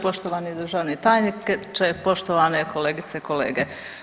Poštovani državni tajniče, poštovani kolegice i kolege.